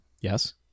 Yes